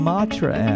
Matra